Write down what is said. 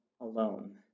alone